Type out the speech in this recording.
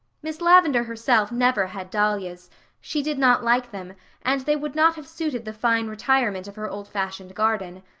miss lavendar herself never had dahlias she did not like them and they would not have suited the fine retirement of her old-fashioned garden.